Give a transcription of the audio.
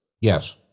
Yes